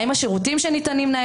האם השירותים ניתנים.